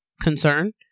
concern